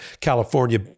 California